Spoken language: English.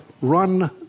run